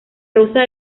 rosa